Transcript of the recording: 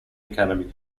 academy